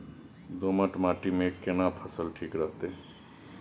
दोमट माटी मे केना फसल ठीक रहत?